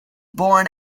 born